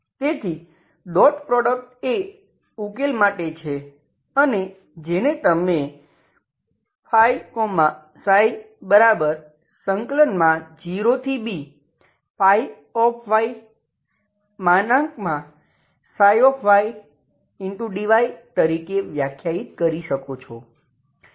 તેથી dot product એ ઉકેલ માટે છે અને જેને તમે Ѱ ∶ 0bѰdy તરીકે વ્યાખ્યાયિત કરી શકો છો